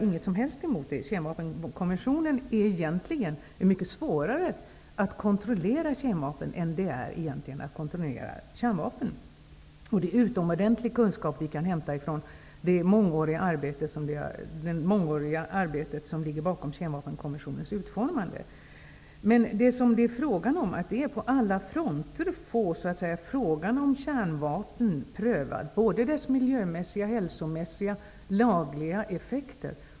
Det är egentligen mycket svårare att kontrollera kemvapen än att kontrollera kärnvapen. Det är utomordentliga kunskaper som vi kan hämta från det mångåriga arbete som ligger bakom Kemvapenkonventionens utformande. Det gäller att på alla fronter få frågan om kärnvapen prövad, deras miljö och hälsomässiga och lagliga effekter.